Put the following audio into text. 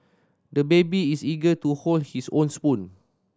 the baby is eager to hold his own spoon